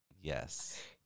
yes